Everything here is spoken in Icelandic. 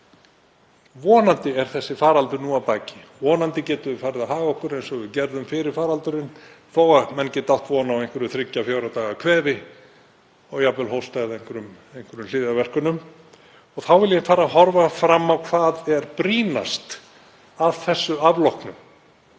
Vonandi er þessi faraldur nú að baki. Vonandi getum við farið að haga okkur eins og við gerðum fyrir faraldurinn. Þó að menn geta átt von á einhverju þriggja, fjögurra daga kvefi og jafnvel hósta eða einhverjum hliðarverkunum þá vil ég fara að horfa fram á hvað er brýnast að þessu afloknu.